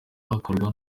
hakorwa